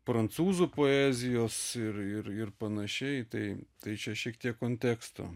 prancūzų poezijos ir ir panašiai tai tai čia šiek tiek konteksto